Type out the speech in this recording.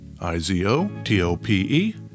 I-Z-O-T-O-P-E